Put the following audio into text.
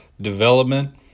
development